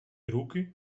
руки